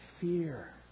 fear